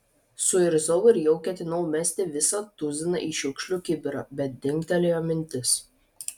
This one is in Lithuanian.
suirzau ir jau ketinau mesti visą tuziną į šiukšlių kibirą bet dingtelėjo mintis